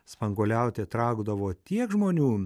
spanguoliauti traukdavo tiek žmonių